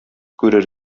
күрер